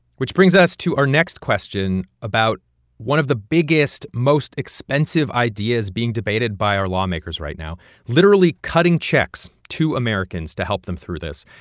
which brings us to our next question about one of the biggest, most expensive ideas being debated by our lawmakers right now literally cutting checks to americans to help them through this.